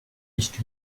nicht